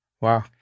Wow